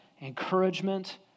encouragement